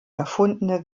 erfundene